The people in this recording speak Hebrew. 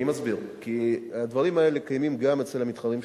כי הדברים האלה קיימים גם אצל המתחרים שלנו,